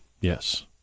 Yes